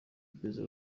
iperereza